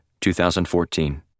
2014